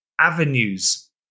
Avenues